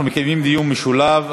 אנחנו מקיימים דיון משולב.